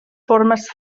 formes